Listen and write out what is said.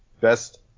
Best